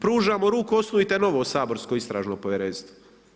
Pružamo ruku, osnujte novo saborsko Istražno povjerenstvo.